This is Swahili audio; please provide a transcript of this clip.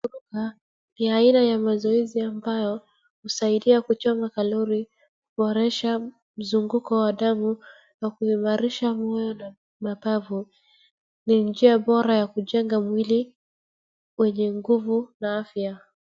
Ni aina ya mazoezi ambayo husaidia kuchoma kalori, kuboresha mzunguko wa damu na kuimarisha moyo na mapafu. Ni njia bora ya kujenga mwili wenye nguvu na afya.